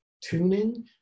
tuning